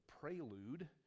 prelude